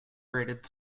graded